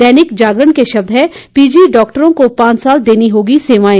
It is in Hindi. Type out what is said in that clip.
दैनिक जागरण के शब्द हैं पीजी डॉक्टरों को पांच साल देनी होंगी सेवाएं